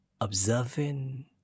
observing